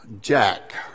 Jack